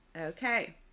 Okay